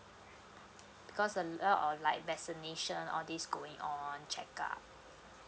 because uh or like vaccination all this going or check out